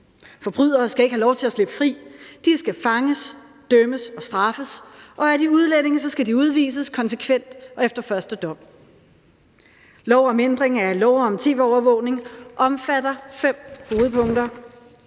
Forbrydere skal ikke have lov til at slippe fri. De skal fanges, dømmes og straffes, og er de udlændinge, skal de udvises konsekvent og efter første dom. Forslag til lov om ændring af lov om tv-overvågning omfatter fem hovedpunkter: